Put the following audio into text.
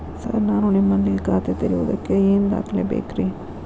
Sir ನಾನು ನಿಮ್ಮಲ್ಲಿ ಖಾತೆ ತೆರೆಯುವುದಕ್ಕೆ ಏನ್ ದಾಖಲೆ ಬೇಕ್ರಿ?